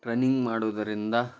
running ಮಾಡುವುದರಿಂದ